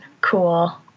cool